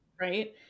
Right